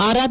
R R